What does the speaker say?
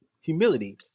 humility